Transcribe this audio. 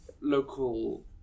local